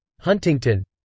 Huntington